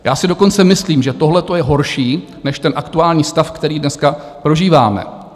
Já si dokonce myslím, že tohle je horší než ten aktuální stav, který dneska prožíváme.